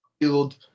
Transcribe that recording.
field